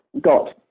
got